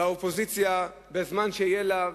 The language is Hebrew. והאופוזיציה בזמן שיהיה לה,